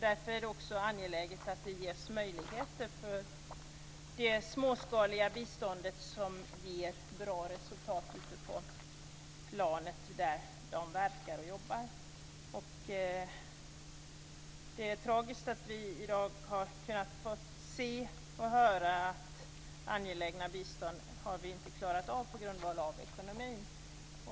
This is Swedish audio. Därför är det angeläget att man ger möjligheter till det småskaliga bistånd som ger bra resultat just där det verkar. Det är tragiskt att vi i dag får se och höra att vi inte klarat av angelägna biståndsmål på grund av ekonomin.